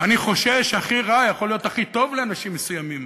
אני חושש שהכי רע יכול להיות הכי טוב לאנשים מסוימים.